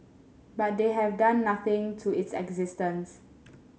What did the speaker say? but they have done nothing to its existence